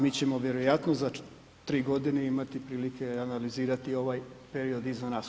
Mi ćemo vjerojatno za tri godine imati prilike analizirati ovaj period iza nas.